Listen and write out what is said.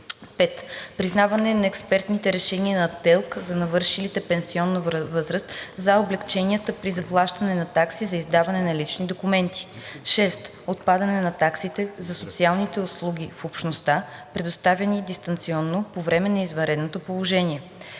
5. признаване на експертните решения на ТЕЛК на навършилите пенсионна възраст за облекченията при заплащане на такси за издаване на лични документи; 6. отпадане на таксите за социалните услуги в общността, предоставяни дистанционно по време на извънредното положение.